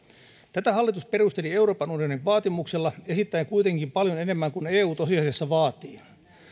tätä hallitus perusteli euroopan unionin vaatimuksella esittäen kuitenkin paljon enemmän kuin eu tosiasiassa vaatii